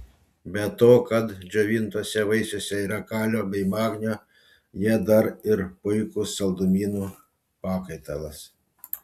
be to kad džiovintuose vaisiuose yra kalio bei magnio jie dar ir puikus saldumynų pakaitalas